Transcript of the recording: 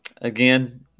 again